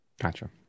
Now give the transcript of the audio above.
Gotcha